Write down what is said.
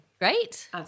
great